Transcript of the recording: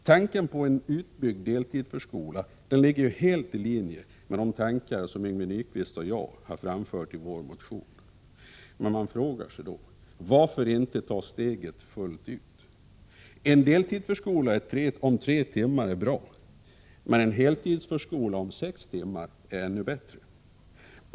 Tanken på en utbyggd deltidsförskola ligger ju helt i linje med de tankar som Yngve Nyquist och jag har framfört i vår motion. Men man frågar sig då: Varför inte ta steget fullt ut? En deltidsförskola på tre timmar är bra, men en heltidsförskola på sex timmar är ännu bättre.